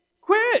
quit